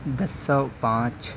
دس سو پانچ